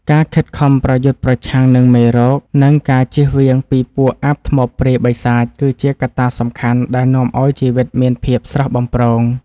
ការខិតខំប្រយុទ្ធប្រឆាំងនឹងមេរោគ និងការជៀសវាងពីពួកអាបធ្មប់ព្រាយបិសាច គឺជាកត្តាសំខាន់ដែលនាំឱ្យជីវិតមានភាពស្រស់បំព្រង។